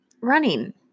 running